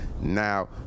now